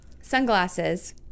sunglasses